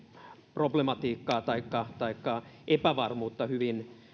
problematiikkaa taikka taikka epävarmuutta